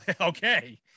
okay